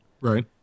Right